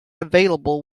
available